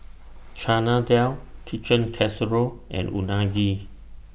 Chana Dal Chicken Casserole and Unagi